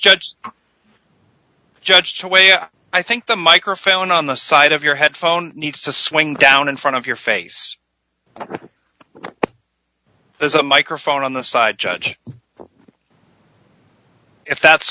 the judge to wait i think the microphone on the side of your headphone needs to swing down in front of your face there's a microphone on the side judge if that's